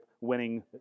winning